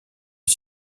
est